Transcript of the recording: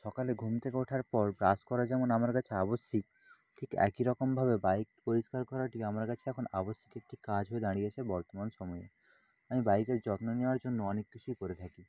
সকালে ঘুম থেকে ওঠার পর ব্রাশ করা যেমন আমার কাছে আবশ্যিক ঠিক একই রকমভাবে বাইক পরিষ্কার করাটি আমার কাছে এখন আবশ্যিক একটি কাজ হয়ে দাঁড়িয়েছে বর্তমান সময়ে আমি বাইকের যত্ন নেওয়ার জন্য অনেক কিছুই করে থাকি